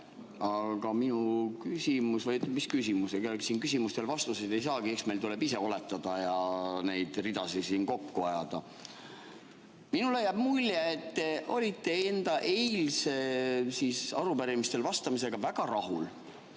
Aga minu küsimus ... Mis küsimus, ega siin küsimustele vastuseid ei saagi, eks meil tuleb ise oletada ja neid ridasid siin kokku ajada. Minule jääb mulje, et te olite enda eilse arupärimisele vastamisega väga rahul.